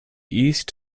east